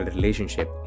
relationship